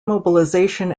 mobilization